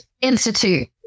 Institute